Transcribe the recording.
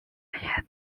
had